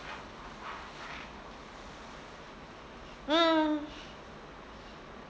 mm